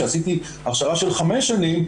שעשיתי הכשרה של חמש שנים,